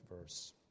verse